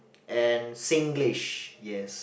and Singlish yes